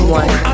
one